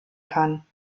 kann